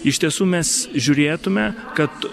iš tiesų mes žiūrėtume kad